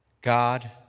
God